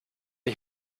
ich